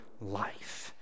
life